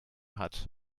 hat